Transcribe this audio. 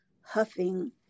huffing